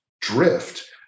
drift